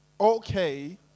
okay